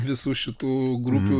visų šitų grupių